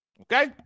Okay